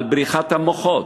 על בריחת המוחות.